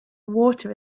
water